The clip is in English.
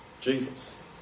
Jesus